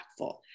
impactful